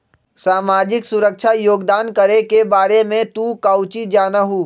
सामाजिक सुरक्षा योगदान करे के बारे में तू काउची जाना हुँ?